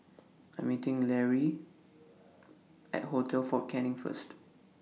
I Am meeting Lary At Hotel Fort Canning First